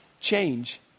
change